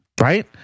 right